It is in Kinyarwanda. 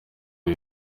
ngo